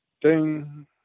Ding